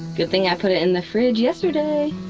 good thing i put it in the fridge yesterday.